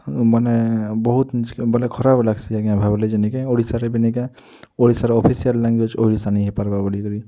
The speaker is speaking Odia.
ମାନେ ବହୁତ୍ ବୋଲେ ଖରାପ୍ ଲାଗ୍ସି ଆଜ୍ଞା ଭାବ୍ଲେ ଯେ ନିକେ ଓଡ଼ିଶାରେ ଏବେ ନିକେଁ ଓଡ଼ିଶାର ଅଫିସିଆଲ୍ ଲାଙ୍ଗୁଏଜ୍ ଓଡ଼ିଶା ନେଇଁ ହେଇପାର୍ବା ବୋଲିକରି